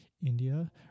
India